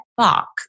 fuck